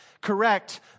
correct